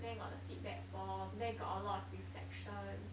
then got the feedback form then got alot of reflection